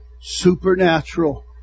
supernatural